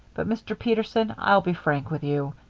but, mr. peterson, i'll be frank with you.